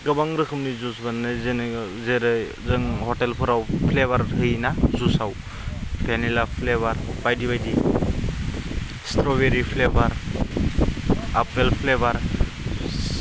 गोबां रोखोमनि जुइस बानायनाय जेरै जों हटेलफोराव फ्लेभार होयोना जुसाव भेनिला फ्लेभार बायदि बायदि स्ट्र'बेरि फ्लेभार आपेल फ्लेभार